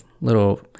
little